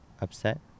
upset